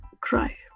cry